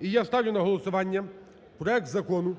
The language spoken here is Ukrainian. І я ставлю на голосування проект Закону